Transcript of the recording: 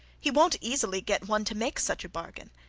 he won't easily get one to make such a bargain,